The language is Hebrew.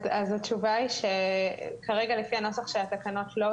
אז התשובה היא שכרגע לפי הנוסח של התקנות לא,